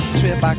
trip